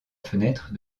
fenêtre